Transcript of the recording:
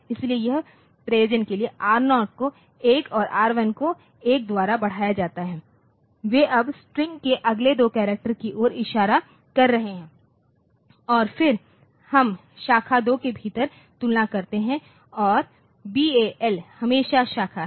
इसलिए उस प्रयोजन के लिए R0 को एक और R 1 को एक द्वारा बढ़ाया जाता है वे अब स्ट्रिंग्स के अगले दो करैक्टर की ओर इशारा कर रहे हैं और फिर हम शाखा 2 के भीतर तुलना करते हैं और बीएएल हमेशा शाखा है